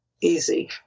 easy